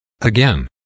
Again